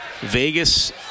Vegas